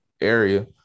area